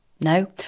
no